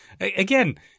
Again